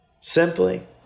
Simply